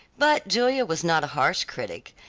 but julia was not a harsh critic,